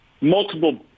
multiple